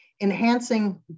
Enhancing